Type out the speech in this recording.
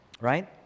Right